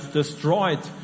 destroyed